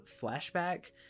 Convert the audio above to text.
flashback